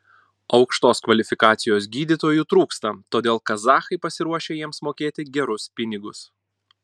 aukštos kvalifikacijos gydytojų trūksta todėl kazachai pasiruošę jiems mokėti gerus pinigus